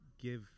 give